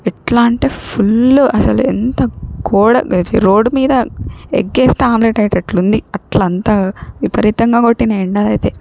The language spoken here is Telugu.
ఎట్లా అంటే ఫుల్ అసలు ఎంత గోడ చి రోడ్డు మీద ఎగ్గేస్తే ఆమ్లెట్ అయ్యేటట్లుంది అట్లంత విపరీతంగా గొట్టినాయి ఎండలైతే